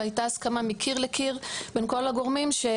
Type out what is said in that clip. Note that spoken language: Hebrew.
והייתה הסכמה מקיר לקיר בין כל הגורמים על